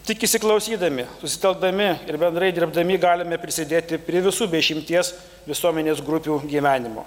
tik įsiklausydami susitelkdami ir bendrai dirbdami galime prisidėti prie visų be išimties visuomenės grupių gyvenimo